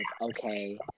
okay